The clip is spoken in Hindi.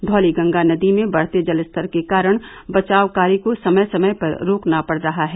धौलीगंगा नदी में बढ़ते जलस्तर के कारण बचाव कार्य को समय समय पर रोकना पड़ रहा है